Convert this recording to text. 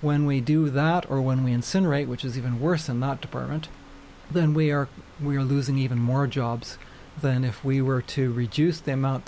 when we do that or when we incinerate which is even worse and not department than we are we're losing even more jobs than if we were to reduce the amount